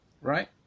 right